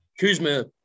Kuzma